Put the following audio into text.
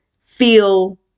feel